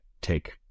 take